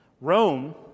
Rome